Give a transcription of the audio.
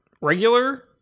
regular